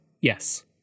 Yes